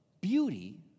beauty